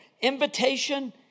invitation